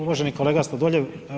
Uvaženi kolega Sladoljev.